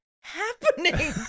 happening